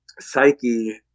psyche